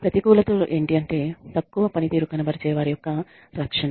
ప్రతికూలతలు ఎంటి అంటే తక్కువ పనితీరు కనబరిచే వారి యొక్క రక్షణ